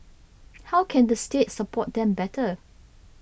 how can the state support them better